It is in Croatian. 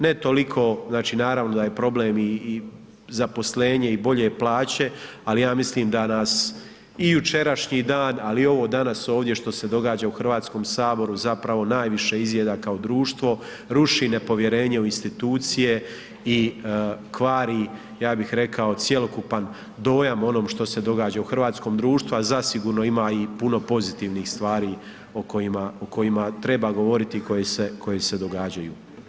Ne toliko, znači da je problem naravno i zaposlenje i bolje plaće, ali ja mislim da nas i jučerašnji dan, ali i ovo danas što se događa u Hrvatskog saboru zapravo najviše izjeda kao društvo, ruši nepovjerenje u institucije i kvari ja bih rekao cjelokupan dojam onom što se događa u hrvatskom društvu, a zasigurno ima i puno pozitivnih stvari o kojima treba govoriti i koje se događaju.